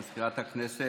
מזכירת הכנסת,